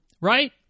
right